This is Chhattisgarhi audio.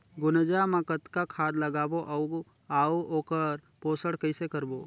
गुनजा मा कतना खाद लगाबो अउ आऊ ओकर पोषण कइसे करबो?